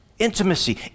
Intimacy